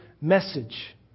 message